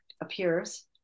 appears